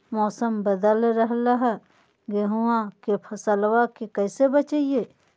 मौसम बदल रहलै है गेहूँआ के फसलबा के कैसे बचैये?